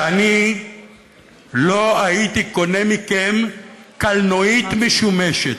שלא הייתי קונה מכם קלנועית משומשת.